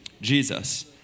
Jesus